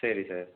சரி சார்